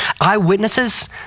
eyewitnesses